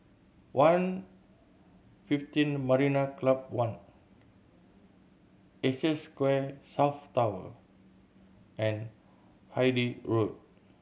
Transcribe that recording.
One fifteen Marina Club One Asia Square South Tower and Hythe Road